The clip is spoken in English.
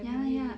ya ya ya